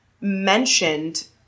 mentioned